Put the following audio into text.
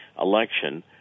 election